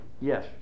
Yes